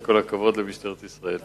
כל הכבוד למשטרת ישראל.